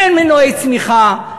אין מנועי צמיחה,